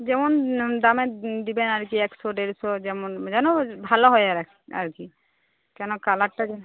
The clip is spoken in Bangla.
যেমন দামের দিবেন আর কি একশো দেড়শো যেমন যেন ভালো হয় আর আর কি কেন কালারটা যেন